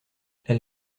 elle